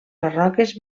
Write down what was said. barroques